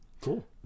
cool